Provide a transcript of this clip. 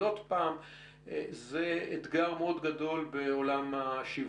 עוד פעם, זה אתגר מאוד גדול בעולם השיווק.